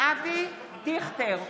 אבי דיכטר,